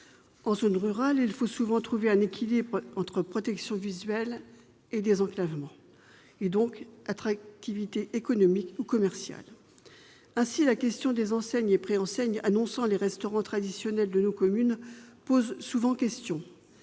En zone rurale, il faut souvent trouver un équilibre entre protection visuelle et désenclavement, donc attractivité économique ou commerciale. Ainsi, la question des enseignes et préenseignes, annonçant les restaurants traditionnels de nos communes, pose souvent question.